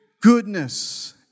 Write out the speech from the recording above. goodness